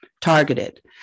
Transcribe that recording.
targeted